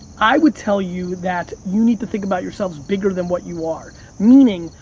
i would tell you that you need to think about yourselves bigger than what you are. meaning,